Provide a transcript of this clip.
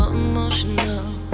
emotional